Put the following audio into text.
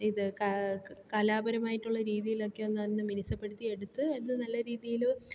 ഇത് കാ കലാപാരമായിട്ടുള്ള രീതീലൊക്കെ ഒന്ന് അതിനെ മിനുസപ്പെടുത്തി എടുത്ത് അത് നല്ല രീതിയിൽ